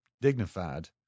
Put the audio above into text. dignified